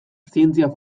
zientzia